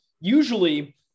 Usually